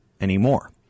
anymore